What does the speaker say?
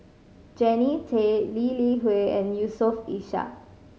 Jannie Tay Lee Li Hui and Yusof Ishak